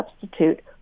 substitute